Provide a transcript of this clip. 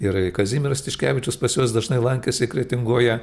ir kazimieras tiškevičius pas juos dažnai lankėsi kretingoje